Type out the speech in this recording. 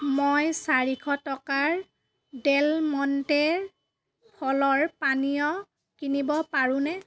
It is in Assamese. মই চাৰিশ টকাৰ ডেল মণ্টে ফলৰ পানীয় কিনিব পাৰোঁ নে